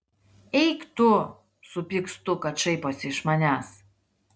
eik tu supykstu kad šaiposi iš manęs